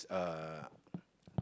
uh